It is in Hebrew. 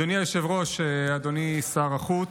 אדוני היושב-ראש, אדוני שר החוץ,